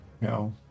No